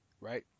right